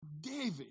David